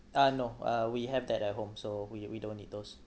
uh no uh we have that at home so we we don't need those